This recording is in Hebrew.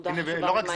נקודה חשובה ומעניינת.